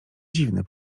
dziwne